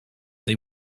they